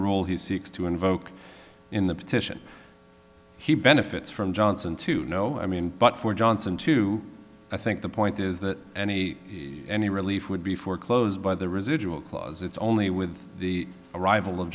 rule he seeks to invoke in the petition he benefits from johnson to no i mean but for johnson to i think the point is that any any relief would be foreclosed by the residual clause it's only with the arrival of